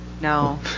No